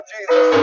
Jesus